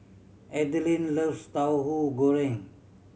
Adilene loves Tauhu Goreng